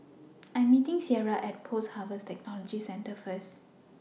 I Am meeting Sierra At Post Harvest Technology Centre First